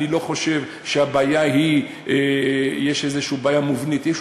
אני לא חושב שיש בעיה מובנית כלשהי.